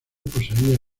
poseía